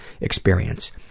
experience